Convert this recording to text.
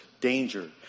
danger